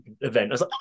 event